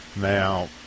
Now